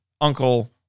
Uncle